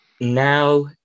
now